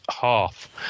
half